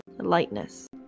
Lightness